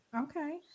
Okay